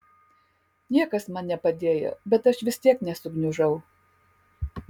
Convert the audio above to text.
niekas man nepadėjo bet aš vis tiek nesugniužau